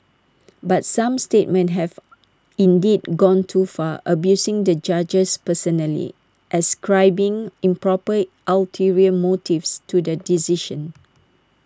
but some statements have indeed gone too far abusing the judges personally ascribing improper ulterior motives to the decision